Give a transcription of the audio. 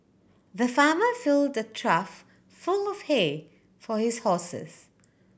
the farmer filled the trough full of hay for his horses